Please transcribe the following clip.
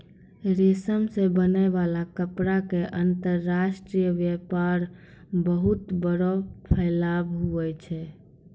रेशम से बनै वाला कपड़ा के अंतर्राष्ट्रीय वेपार बहुत बड़ो फैलाव हुवै छै